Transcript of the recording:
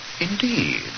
Indeed